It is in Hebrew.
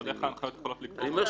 אני לא רואה איך ההנחיות יכולות לגבור.